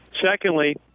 Secondly